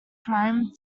prime